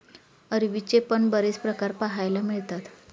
अरवीचे पण बरेच प्रकार पाहायला मिळतात